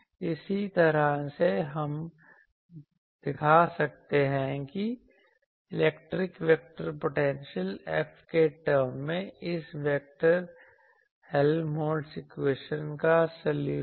इसी तरह से हम दिखा सकते हैं कि इलेक्ट्रिक वेक्टर पोटेंशियल F के टरम में इस वेक्टर हेल्महोल्त्ज़ इक्वेशन का सॉल्यूशन